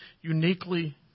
uniquely